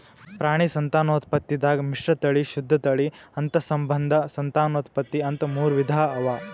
ಪ್ರಾಣಿ ಸಂತಾನೋತ್ಪತ್ತಿದಾಗ್ ಮಿಶ್ರತಳಿ, ಶುದ್ಧ ತಳಿ, ಅಂತಸ್ಸಂಬಂಧ ಸಂತಾನೋತ್ಪತ್ತಿ ಅಂತಾ ಮೂರ್ ವಿಧಾ ಅವಾ